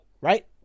right